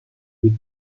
with